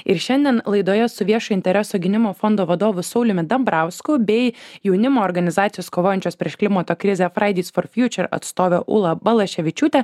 ir šiandien laidoje su viešo intereso gynimo fondo vadovu sauliumi dambrausku bei jaunimo organizacijos kovojančios prieš klimato krizę fridays for future atstove ūla balaševičiūte